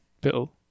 Bill